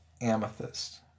amethyst